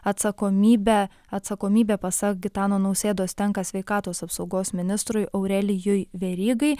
atsakomybe atsakomybė pasak gitano nausėdos tenka sveikatos apsaugos ministrui aurelijui verygai